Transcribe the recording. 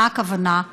למה הכוונה?